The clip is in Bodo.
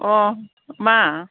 अह मा